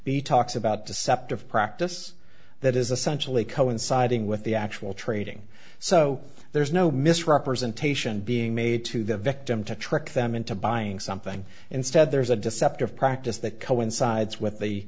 b talks about deceptive practice that is a so actually coinciding with the actual trading so there's no misrepresentation being made to the victim to trick them into buying something instead there is a deceptive practice that coincides with the